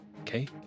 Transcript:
Okay